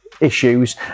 issues